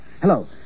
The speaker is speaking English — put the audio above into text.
Hello